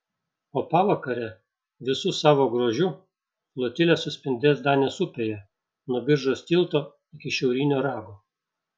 o pavakare visu savo grožiu flotilė suspindės danės upėje nuo biržos tilto iki šiaurinio rago